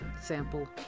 sample